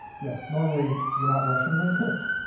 yeah, normally you're not rushing like this.